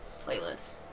playlist